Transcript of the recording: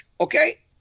okay